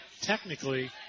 technically